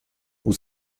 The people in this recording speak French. vous